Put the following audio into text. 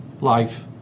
life